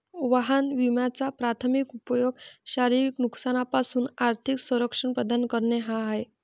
वाहन विम्याचा प्राथमिक उपयोग शारीरिक नुकसानापासून आर्थिक संरक्षण प्रदान करणे हा आहे